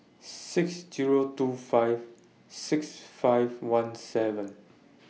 six Zero two five six five one seven